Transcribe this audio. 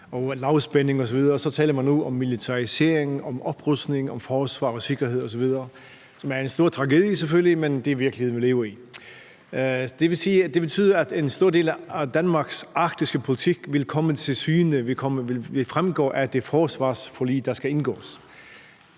og lavspænding osv., så taler man nu om militarisering, om oprustning, om forsvar og sikkerhed osv. Det er en stor tragedie selvfølgelig, men det er den virkelighed, vi lever i. Det betyder, at en stor del af Danmarks arktiske politik vil fremgå af det forsvarsforlig, der skal indgås.